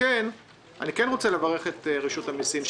אני כן רוצה לברך את רשות המיסים,